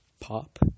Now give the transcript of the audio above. Pop